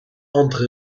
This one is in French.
entre